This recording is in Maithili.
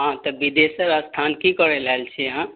हँ तऽ बिदेश्वर स्थान की करै लऽ आएल छियै अहाँ